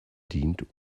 dient